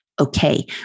okay